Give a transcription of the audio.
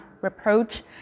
reproach